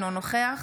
אינו נוכח